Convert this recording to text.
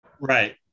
right